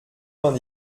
vingt